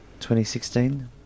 2016